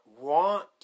want